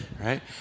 right